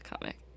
comic